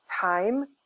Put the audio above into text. time